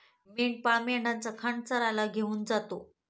मेंढपाळ मेंढ्यांचा खांड चरायला घेऊन जातो